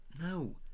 no